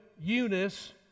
Eunice